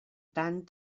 tant